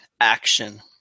action